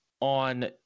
on –